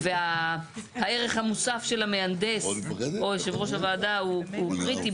והערך המוסף של המהנדס או יושב ראש הוועדה הוא קריטי